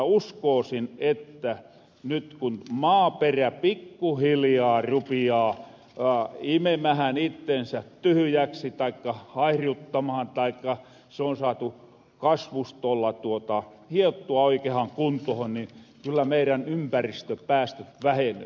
uskoosin että nyt kun maaperä pikkuhiljaa rupiaa imemähän ittensä tyhyjäksi taikka haihruttamahan taikka se on saatu kasvustolla hiottua oikeahan kuntohon niin kyllä meidän ympäristöpäästöt vähenöö